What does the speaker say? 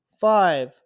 five